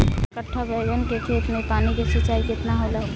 चार कट्ठा बैंगन के खेत में पानी के सिंचाई केतना होला?